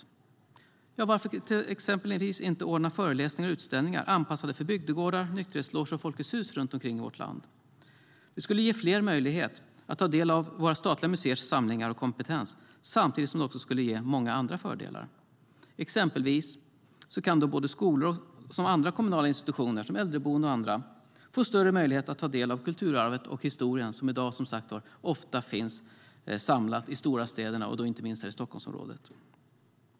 Varför kan man till exempel inte ordna föreläsningar och utställningar anpassade för bygdegårdar, nykterhetsloger och Folkets Hus runt om i landet? Det skulle ge fler möjlighet att ta del av våra statliga museers samlingar och kompetens samtidigt som det också skulle ge många andra fördelar. Exempelvis kan då skolor och andra kommunala institutioner, som äldreboenden och andra, få större möjlighet att ta del av kulturarvet och historien som i dag, som sagt var, ofta finns samlade i de stora städerna och inte minst i Stockholmsområdet.